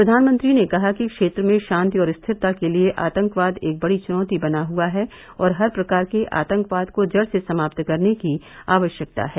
प्रधानमंत्री ने कहा कि क्षेत्र में शांति और स्थिरता के लिए आतंकवाद एक बड़ी चुनौती बना हुआ है और हर प्रकार के आतंकवाद को जड़ से समाप्त करने की आवश्यकता है